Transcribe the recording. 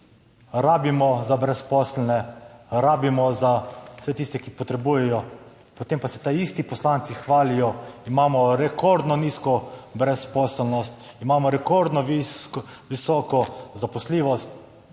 rabimo za brezposelne, rabimo za vse tiste, ki potrebujejo, potem pa se ta isti poslanci hvalijo, imamo rekordno nizko brezposelnost, imamo rekordno visoko zaposljivost,